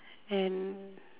and